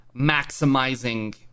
maximizing